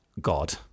god